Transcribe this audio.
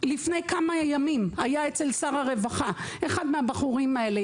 לפני כמה ימים היה אצל שר הרווחה אחד מהבחורים האלה.